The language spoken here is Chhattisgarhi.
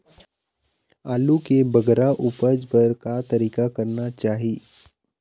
आलू के बगरा उपज बर का तरीका करना चाही?